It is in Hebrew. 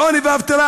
העוני והאבטלה,